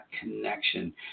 connection